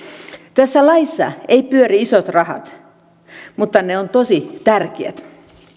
tässä laissa eivät pyöri isot rahat mutta ne ovat tosi tärkeät